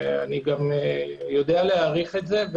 אני גם יודע להעריך את זה.